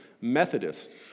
Methodist